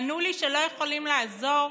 ענו לי שלא יכולים לעזור